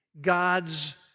God's